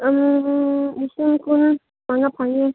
ꯂꯤꯁꯤꯡ ꯀꯨꯟ ꯃꯉꯥ ꯐꯪꯉꯦ